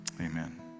amen